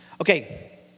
Okay